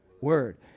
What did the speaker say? word